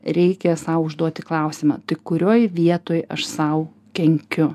reikia sau užduoti klausimą tai kurioj vietoj aš sau kenkiu